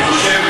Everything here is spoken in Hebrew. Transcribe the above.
אני חושב,